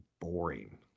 boring